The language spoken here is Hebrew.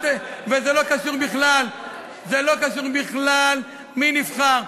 זה לא קשור בכלל למי שנבחר.